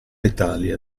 italia